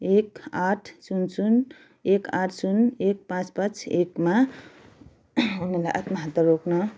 एक आठ सुन सुन एक आठ सुन एक पाँच पाँच एकमा उनीहरूलाई आत्महत्या रोक्न